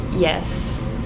Yes